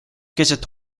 keset